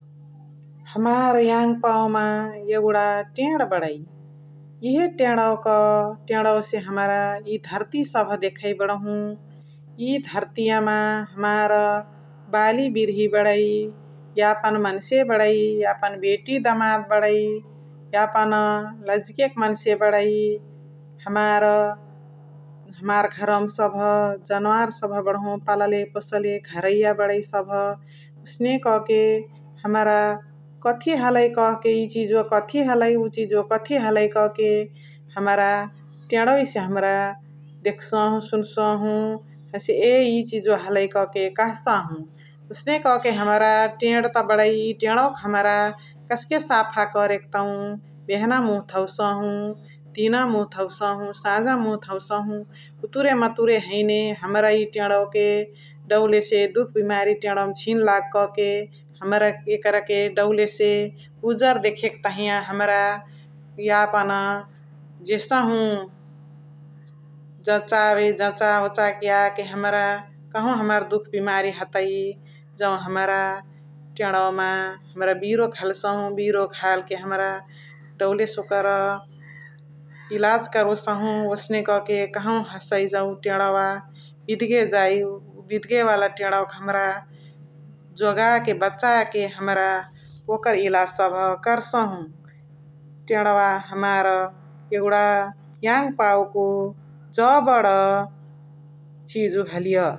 इहे टेणवक टेणवसे हमरा इ धर्ती सबह देखइ बणहु । इ धर्तियामा हमार बाली बिर्ही बणइ । यापन मनसे बणइ । यापन बेती डमाद बणइ । यापन लजिकेक मन्से बणइ हमार । हमार घरवमा सबह जनवार सबह बणहु पालाले पोसले घरैया बणइ सबह । एसने कके हमरा काठएए हलकी इप्चुजुवा कती हलाई उ चिजुवा काठएए हलइ कके हमरा तेणवैसे हमरा देखसाहु सुनसाहु । हसे ए इचिजुवा हलाई कहाँके कहाँसाहु । एसने कके हमरा तेण त बणै इ टेणवाके हमरा कसके साफा करके तौ बेहना मुह धौसाहु दिन मुह धौसाहु, साझा मुह धौसाहु । उतुरे मचर हैने हमरा इ टेणवके दौलसे दुख बिमारी टेणवके झिन लाग कहाँके हमरा एकरके डौलसे उजर देखके तहिया हमरा यापन जेसहु जचावे । जचा वचाके याके हमरा कहाँवा हमार दुख बिमारी हतइ जौ हमरा टेणवमा हमरा बिरो घलसाहु । हमरा बिरो घालके हमरा डौलसे ओकर इलाज करोसहु ओसने कके कहाँउ हसइ जौ टेणवा बिदगे जाइ । बिदगे वाला टेणवके हमरा जोगाके बचाके हमरा ओकर इलाज सबह कर्साहु । टेणवा हमार याङ पाउकु जबणा चिजु हलिय ।